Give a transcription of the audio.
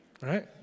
Right